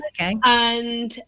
Okay